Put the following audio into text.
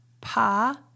Pa